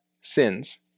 sins